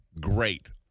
great